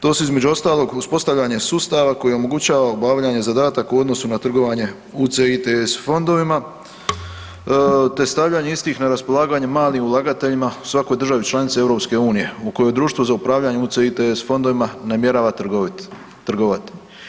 To su između ostalog uspostavljanje sustava koji omogućava obavljanje zadataka u odnosu na trgovanje UCITS fondovima te stavljanje istih na raspolaganje malim ulagateljima u svakoj državi članici EU u kojoj društvo za upravljanje UCITS fondovima namjerava trgovati.